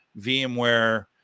VMware